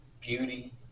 beauty